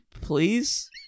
Please